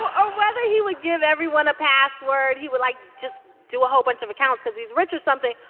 or whether he would give everyone a password. he would like just do a whole bunch of accounts cause he's rich or something.